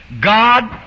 God